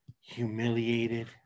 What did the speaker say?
humiliated